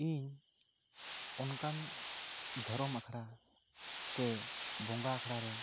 ᱤᱧ ᱚᱱᱠᱟᱱ ᱫᱷᱚᱨᱚᱢ ᱟᱠᱷᱲᱟ ᱥᱮ ᱵᱚᱸᱜᱟ ᱟᱠᱷᱲᱟ ᱨᱮ